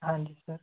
हाँ जी सर